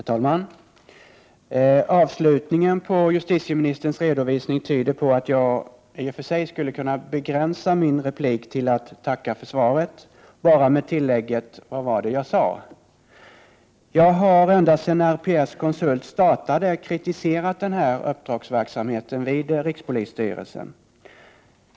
Herr talman! Avslutningen på justitieministerns redovisning tyder på att jag skulle kunna begränsa mitt inlägg till att tacka för svaret, endast med tillägget: Vad var det jag sade? Jag har ända sedan RPS-konsult startade kritiserat den här uppdragsverksamheten vid rikspolisstyrelsen.